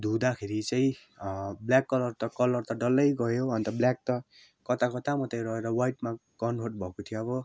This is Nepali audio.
धुँदाखेरि चाहिँ ब्ल्याक कलर त कलर त डल्लै गयो अन्त ब्ल्याक त कताकता मात्रै रहेर वाइटमा कन्भर्ट भएको थियो अब